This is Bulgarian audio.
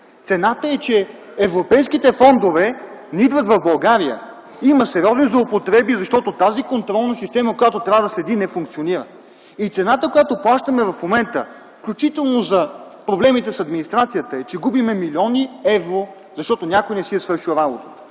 Цената е, че европейските фондове не идват в България. Има сериозни злоупотреби, защото тази контролна система, която трябва да следим, не функционира. Цената, която плащаме в момента, включително за проблемите с администрацията е, че губим милиони евро, защото някой не си е свършил работата.